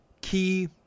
key